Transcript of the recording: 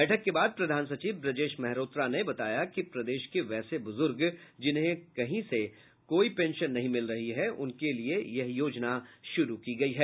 बैठक के बाद प्रधान सचिव ब्रजेश मेहरोत्रा ने बताया कि प्रदेश के वैसे बुजुर्ग जिन्हें कहीं से कोई पेंशन नहीं मिल रही है उनके लिए यह योजना शुरु की गयी है